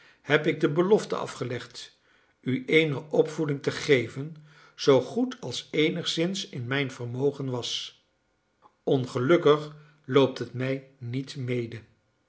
heb ik de belofte afgelegd u eene opvoeding te geven zoo goed als eenigszins in mijn vermogen was ongelukkig loopt het mij niet mede